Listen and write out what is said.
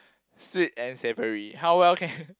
sweet and savoury how well can